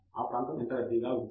ఈ ప్రాంతం ఎంత రద్దీగా ఉంది